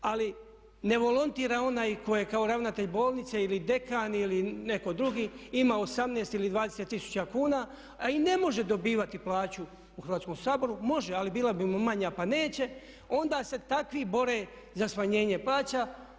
Ali ne volontira onaj tko je kao ravnatelj bolnice ili dekan ili netko drugi ima 18 ili 20 tisuća kuna a i ne može dobivati plaću u Hrvatskom saboru, može ali bila bi mu manja pa neće, onda se takvi bore za smanjenje plaća.